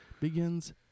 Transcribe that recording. begins